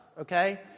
okay